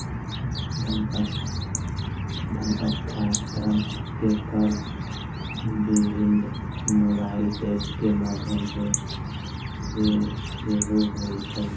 धन हस्तांतरण के काज विभिन्न मोबाइल एप के माध्यम सं सेहो होइ छै